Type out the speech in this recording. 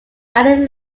added